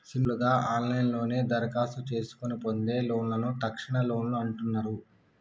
simple గా ఆన్లైన్లోనే దరఖాస్తు చేసుకొని పొందే లోన్లను తక్షణలోన్లు అంటున్నరు